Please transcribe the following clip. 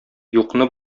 юкны